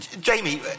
Jamie